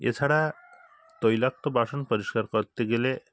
এছাড়া তৈলাক্ত বাসন পরিষ্কার করতে গেলে